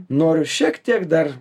noriu šiek tiek dar